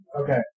Okay